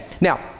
Now